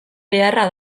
beharra